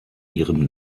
ihrem